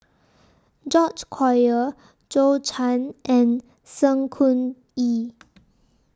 George Collyer Zhou Can and Sng Choon Yee